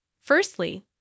Firstly